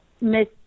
Miss